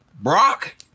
Brock